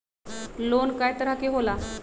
Loan कय तरह के होला?